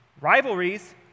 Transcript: rivalries—